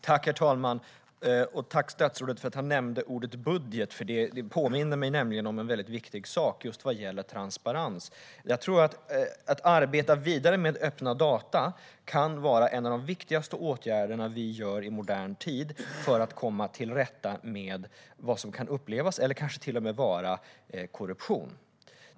Herr talman! Tack till statsrådet för att han nämnde ordet "budget"! Det påminde mig nämligen om en väldigt viktig sak just vad gäller transparens. Att arbeta vidare med öppna data kan vara en av de viktigaste åtgärderna vi gör i modern tid för att komma till rätta med vad som kan upplevas som eller kanske till och med vara korruption.